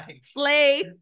slay